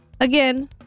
again